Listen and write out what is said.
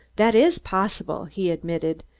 that is possible, he admitted,